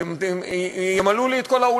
הם ימלאו לי את כל האולם,